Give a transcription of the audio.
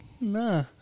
Nah